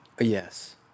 Yes